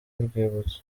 y’urwibutso